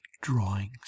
drawings